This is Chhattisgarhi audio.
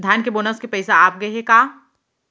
धान के बोनस के पइसा आप गे हे का?